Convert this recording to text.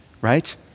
right